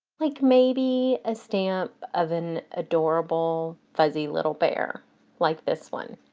like maybe a stamp of an adorable fuzzy little bear like this one.